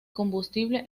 combustible